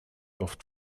oft